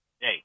Hey